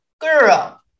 girl